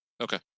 Okay